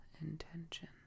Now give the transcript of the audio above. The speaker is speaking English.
intention